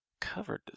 Covered